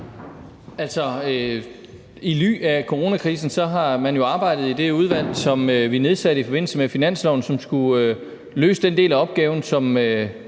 I ly af coronakrisen har man jo arbejdet i det udvalg, som vi nedsatte i forbindelse med finanslovsforhandlingerne, og som skulle løse den del af opgaven, som